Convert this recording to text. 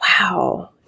wow